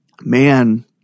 Man